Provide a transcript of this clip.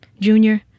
Junior